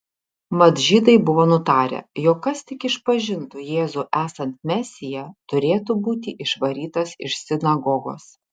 mat žydai buvo nutarę jog kas tik išpažintų jėzų esant mesiją turėtų būti išvarytas iš sinagogos